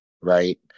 Right